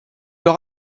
leur